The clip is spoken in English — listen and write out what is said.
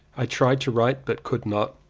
i tried to write but could not.